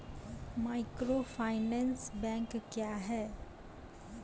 Microfinance bank क्या हैं?